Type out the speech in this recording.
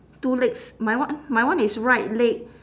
two legs my one my one is right leg